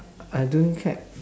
I don't get